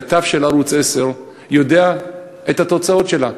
כתב של ערוץ 10 יודע את התוצאות שלה,